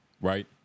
right